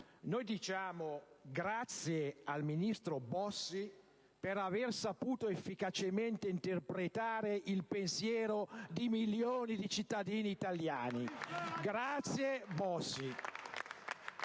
noi diciamo grazie al ministro Bossi per aver saputo efficacemente interpretare il pensiero di milioni di cittadini italiani. Grazie,